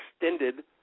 extended